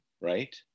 right